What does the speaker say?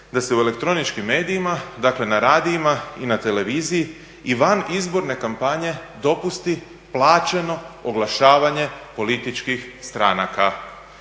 da se u elektroničkim medijima, dakle na radijima i na televiziji i van izborne kampanje dopusti plaćeno oglašavanje političkih stranaka.